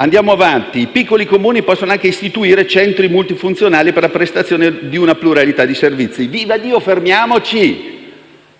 Andiamo avanti: i piccoli Comuni possono anche istituire centri multifunzionali per la prestazione di una pluralità di servizi. Vivaddio: fermiamoci.